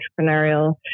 entrepreneurial